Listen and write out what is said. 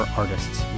artists